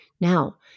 Now